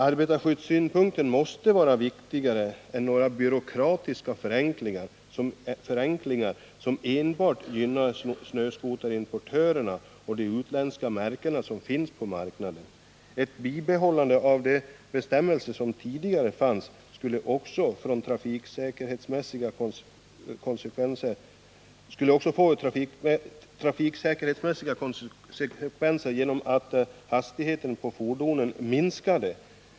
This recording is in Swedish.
Arbetarskyddssynpunkten måste vara viktigare än några byråkratiska förenklingar, som enbart gynnar snöskoterimportörerna och de utländska märken som finns på marknaden. Ett bibehållande av de bestämmelser som tidigare fanns skulle också få trafiksäkerhetsmässiga konsekvenser genom att hastigheten på fordonen skulle minska.